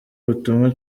butumwa